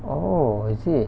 oh is it